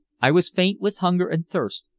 i was faint with hunger and thirst,